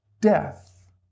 death